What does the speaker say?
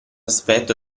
aspetto